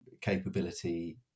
capability